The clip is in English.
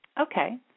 Okay